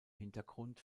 hintergrund